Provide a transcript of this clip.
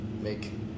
make